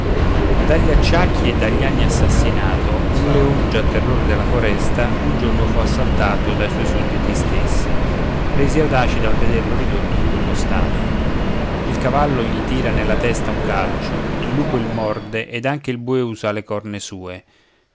dagli acciacchi e dagli anni assassinato un leon già terror della foresta un giorno fu assaltato dai suoi sudditi stessi resi audaci dal vederlo ridotto in quello stato il cavallo gli tira nella testa un calcio il lupo il morde ed anche il bue usa le corna sue